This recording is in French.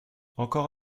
encore